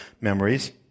memories